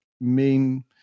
main